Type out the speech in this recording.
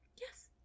Yes